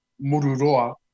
Mururoa